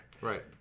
Right